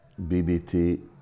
BBT